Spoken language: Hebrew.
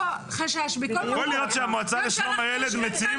יכול להיות שהמועצה לשלום הילד מציעים